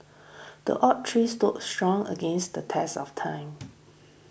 the oak tree stood strong against the test of time